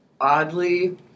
oddly